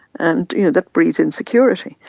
and you know that breeds insecurity,